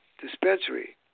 dispensary